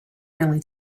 friendly